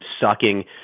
sucking